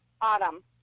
Autumn